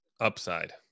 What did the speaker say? upside